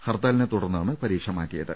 ഹർത്താലിനെ തുടർന്നാണ് പരീക്ഷ മാറ്റിയത്